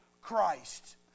Christ